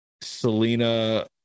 Selena